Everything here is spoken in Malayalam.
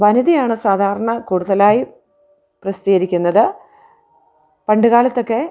വനിതയാണ് സാധാരണ കൂടുതലായി പ്രസിദ്ധീകരിക്കുന്നത് പണ്ട് കാലത്തൊക്കെ